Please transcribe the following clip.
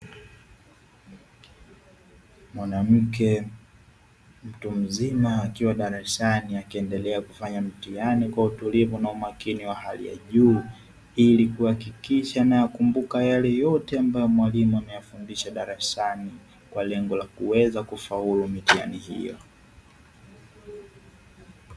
Mwanamke mtu mzima akiwa darasani akiendelea kufanya mtihani kwa utulivu na umakini wa hali ya juu, ili kuhakikisha anayakumbuka yale yote ambayo mwalimu ameyafundisha darasani, kwa lengo la kuweza kufaulu mitihani hiyo.